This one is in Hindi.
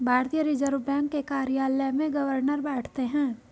भारतीय रिजर्व बैंक के कार्यालय में गवर्नर बैठते हैं